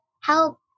help